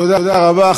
תודה רבה.